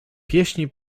pieśni